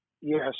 Yes